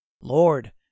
Lord